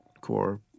Core